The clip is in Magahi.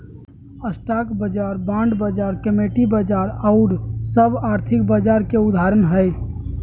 स्टॉक बाजार, बॉण्ड बाजार, कमोडिटी बाजार आउर सभ आर्थिक बाजार के उदाहरण हइ